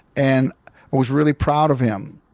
and was really proud of him.